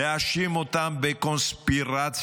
להאשים אותם בקונספירציה.